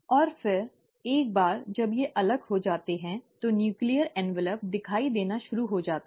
और फिर एक बार जब वे अलग हो जाते हैं तो नूक्लीअर एन्वलोप दिखाई देना शुरू हो जाता है